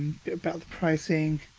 about the pricing.